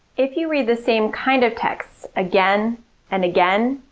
if you read the same kind of texts again and again,